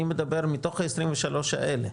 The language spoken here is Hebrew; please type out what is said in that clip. אבל אני מדבר מתוך ה-23 האלה,